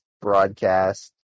broadcast